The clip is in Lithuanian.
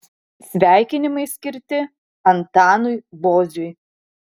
sveikinimai skirti antanui boziui